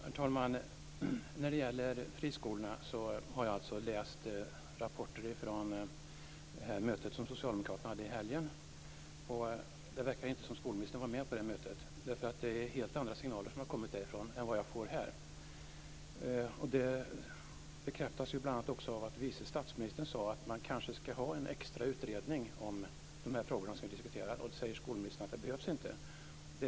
Fru talman! När det gäller friskolorna har jag alltså läst rapporter från det möte som socialdemokraterna hade i helgen. Det verkar inte som skolministern var med på det mötet, därför att det är helt andra signaler som har kommit därifrån än vad jag får här. Det bekräftas bl.a. också av att vice statsministern sade att man kanske ska ha en extra utredning om de frågor som vi diskuterar men att skolministern säger att det inte behövs.